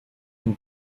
and